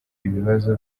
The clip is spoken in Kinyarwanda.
ibibazo